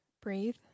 breathe